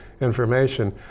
information